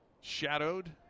shadowed